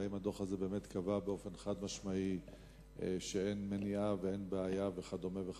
והאם הדוח הזה באמת קבע באופן חד-משמעי שאין מניעה ואין בעיה וכדומה?